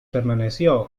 permaneció